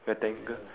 rectangle